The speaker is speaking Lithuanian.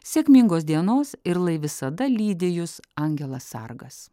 sėkmingos dienos ir lai visada lydi jus angelas sargas